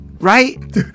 Right